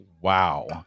Wow